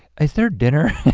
is there dinner?